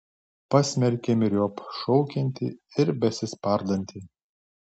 pasmerkė myriop šaukiantį ir besispardantį